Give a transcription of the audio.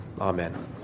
Amen